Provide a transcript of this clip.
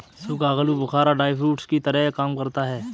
सूखा आलू बुखारा ड्राई फ्रूट्स की तरह काम करता है